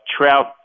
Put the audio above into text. Trout